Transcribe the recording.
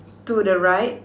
to the right